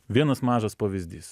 vienas mažas pavyzdys